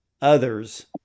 others